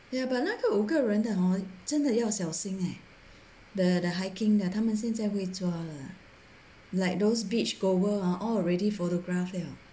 ya but 那个五个人的 hor 真的要小心 eh the the hiking 的他们现在会抓了 like those beach goer hor all already photograph liao